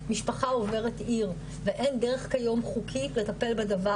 משפחה עוברת עיר ואין דרך היום חוקית לטפל בדבר